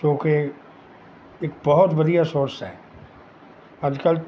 ਜੋ ਕਿ ਇੱਕ ਬਹੁਤ ਵਧੀਆ ਸੋਰਸ ਹੈ ਅੱਜ ਕੱਲ੍ਹ